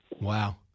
Wow